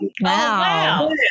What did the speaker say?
wow